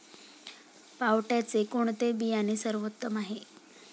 पावट्याचे कोणते बियाणे सर्वोत्तम आहे?